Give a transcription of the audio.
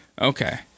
Okay